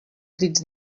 crits